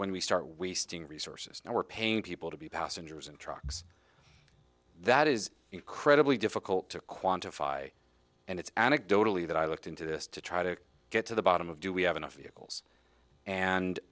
when we start we sting resources and we're paying people to be passengers in trucks that is incredibly difficult to quantify and it's anecdotally that i looked into this to try to get to the bottom of do we have enough